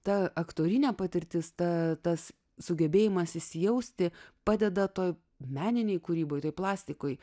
ta aktorinė patirtis ta tas sugebėjimas įsijausti padeda toje meninėje kūryboje tai plastikui